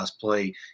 play